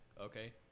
okay